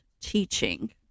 teaching